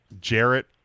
Jarrett